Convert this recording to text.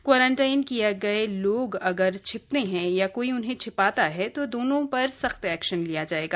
quarantine किए गए लोग अगर छिपते हैं या कोई उन्हें छिपाता है तो दोनों पर सख्त एक्शन लिया जाएगा